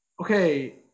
Okay